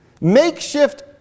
makeshift